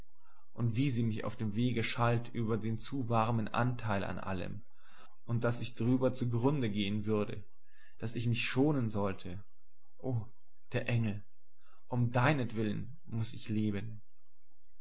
und wie sie mich auf dem wege schalt über den zu warmen anteil an allem und daß ich drüber zugrunde gehen würde daß ich mich schonen sollte o der engel um deinetwillen muß ich leben